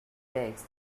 text